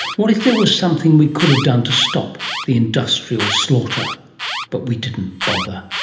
what if there was something we could have done to stop the industrial slaughter but we didn't bother?